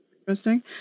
Interesting